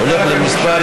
מה הוא עשה לגבי